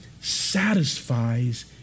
satisfies